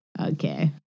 okay